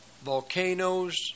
volcanoes